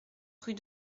rue